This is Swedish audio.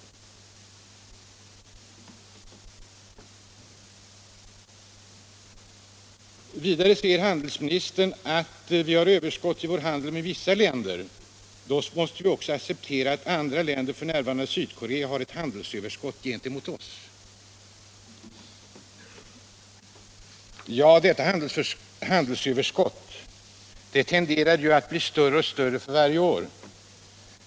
Vidare säger handelsministern, att då Sverige har överskott i handeln med vissa länder måste vi också acceptera att andra länder, f. n. Sydkorea, har ett handelsöverskott gentemot Sverige. Ja, detta handelsöverskott tenderar att bli större och större för varje år.